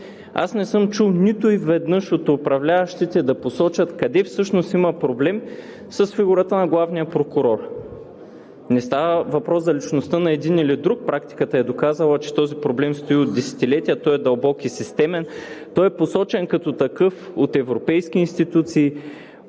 Аз не съм чул нито веднъж от управляващите да посочат къде всъщност има проблем с фигурата на главния прокурор? Не става въпрос за личността на един или друг. Практиката е доказала, че този проблем стои от десетилетия. Той е дълбок и системен, той е посочен като такъв от европейски институции